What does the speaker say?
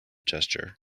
gesture